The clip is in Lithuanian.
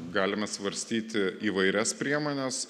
galime svarstyti įvairias priemones